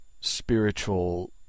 spiritual